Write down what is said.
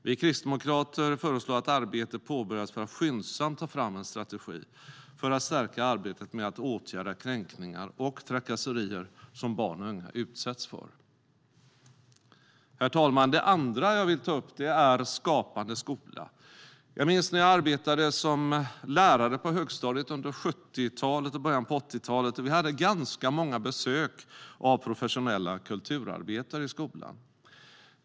Vi kristdemokrater föreslår att arbete påbörjas för att skyndsamt ta fram en strategi för att stärka arbetet med att åtgärda kränkningar och trakasserier som barn och unga utsätts för. Herr talman! Det andra området jag vill ta upp är Skapande skola. Jag minns att när jag arbetade som lärare på högstadiet under 70-talet och början av 80-talet hade vi ganska många besök av professionella kulturarbetare i skolan.